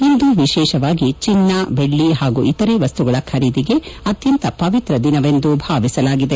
ಇಂದು ವಿಶೇಷವಾಗಿ ಚಿನ್ನ ಬೆಳ್ಳಿ ಹಾಗೂ ಇತರೆ ವಸ್ತುಗಳ ಖರೀದಿಗೆ ಅತ್ಯಂತ ಪವಿತ್ರ ದಿನವೆಂದು ಭಾವಿಸಲಾಗಿದೆ